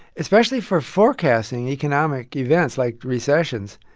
especially for forecasting economic events like recessions,